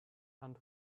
and